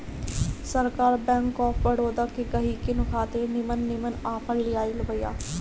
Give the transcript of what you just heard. सरकार bank of Baroda के गहकिन खातिर निमन निमन आफर लियाइल बिया